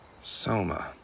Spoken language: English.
Soma